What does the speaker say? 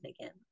again